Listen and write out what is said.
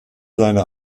seine